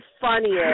funniest